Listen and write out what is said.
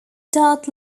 adult